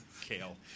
Kale